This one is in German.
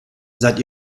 seid